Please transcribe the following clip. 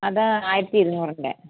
അത് ആയിരത്തി ഇരുന്നൂറിൻറെ